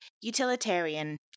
utilitarian